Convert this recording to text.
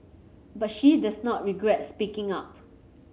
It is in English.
but she does not regret speaking up